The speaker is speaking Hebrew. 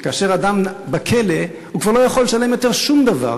הוא שכאשר אדם בכלא הוא כבר לא יכול לשלם שום דבר,